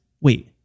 wait